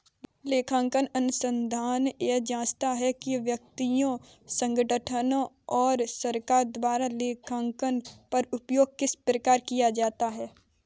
लेखांकन अनुसंधान यह जाँचता है कि व्यक्तियों संगठनों और सरकार द्वारा लेखांकन का उपयोग किस प्रकार किया जाता है